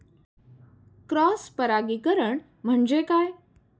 Cross परागीकरण म्हणजे काय?